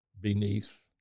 beneath